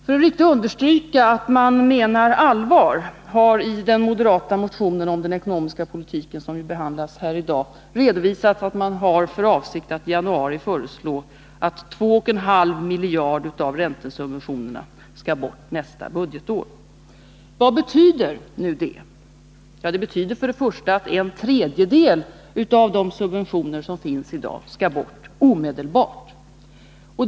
För att riktigt understryka att man menar allvar har i den moderata motionen om den ekonomiska politiken, som ju behandlas här i dag, redovisats att man har för avsikt att i januari föreslå att 2,5 miljarder av räntesubventionerna skall bort nästa budgetår. Vad betyder nu det? Det betyder först och främst att en tredjedel av de subventioner som finns i dag skall bort omedelbart.